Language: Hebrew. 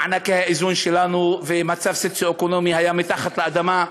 מענקי האיזון שלנו והמצב הסוציו-אקונומי היו מתחת לאדמה,